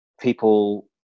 people